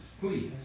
please